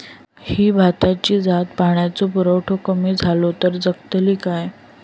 ही भाताची जात पाण्याचो पुरवठो कमी जलो तर जगतली काय?